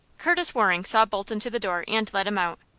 curtis waring saw bolton to the door, and let him out.